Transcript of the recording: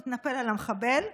מתנפל על המחבל,